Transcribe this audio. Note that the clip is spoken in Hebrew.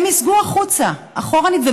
הם ייסוגו החוצה, אחורנית?